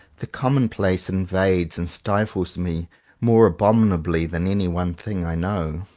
the commonplace invades and stifles me more abominably than any one thing i know.